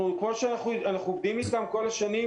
אנחנו עובדים איתם כל השנים.